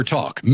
Talk